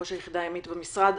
ראש היחידה הימית במשרד,